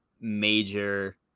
major